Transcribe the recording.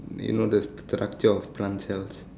you know the structure of plant cells